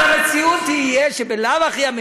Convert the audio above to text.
אבל למה רק בסעיף הזה?